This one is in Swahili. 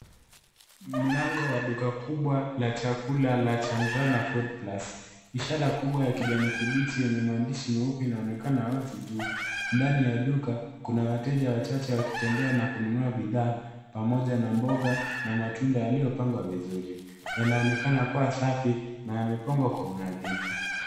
Mlango wa duka kubwa la chakula la Chandarana FoodPlus ishara kubwa ya kijani kibichi yenye maandishi meupe inaonekana wazi juu. Ndani ya duka kuna wateja wachache wakitembea na kununua bidhaa pamoja na mboga na matunda yaliyopangwa vizuri. Yanaonekana kuwa safi na yamepangwa kwa unadhifu.